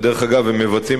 כיום,